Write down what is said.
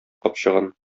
капчыгын